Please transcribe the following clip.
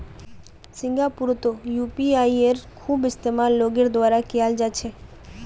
सिंगापुरतो यूपीआईयेर खूब इस्तेमाल लोगेर द्वारा कियाल जा छे